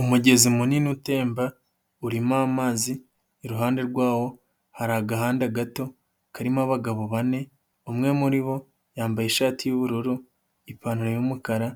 Umugezi munini utemba, urimo amazi, iruhande rwawo hari agahandada gato karimo abagabo bane, umwe muri bo yambaye ishati y'ubururu, ipantaro y'umukara